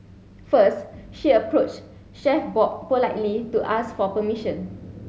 first she approached Chef Bob politely to ask for permission